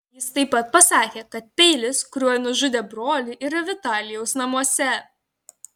jis taip pat pasakė kad peilis kuriuo nužudė brolį yra vitalijaus namuose